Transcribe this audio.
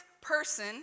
person